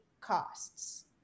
costs